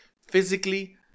physically